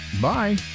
Bye